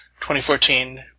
2014